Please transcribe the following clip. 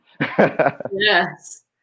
Yes